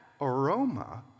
aroma